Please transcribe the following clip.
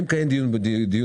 כשאני מקיים דיון בוועדה